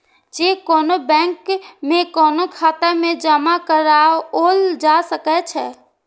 cheque कोनो bank में कोनो खाता मे जमा कराओल जा सकै छै